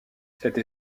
cette